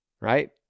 Right